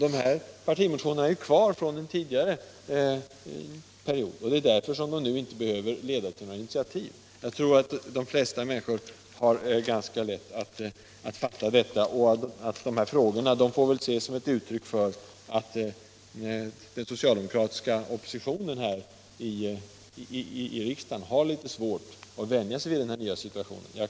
Dessa partimotioner finns kvar från den tidigare perioden, och det är därför som de nu inte behöver leda till några initiativ. Jag tror att de flesta människor har ganska lätt att fatta detta. Frågorna får väl ses som ett uttryck för att den socialdemokratiska oppositionen i riksdagen har litet svårt att vänja sig vid den nya situationen.